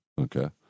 Okay